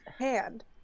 hand